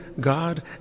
God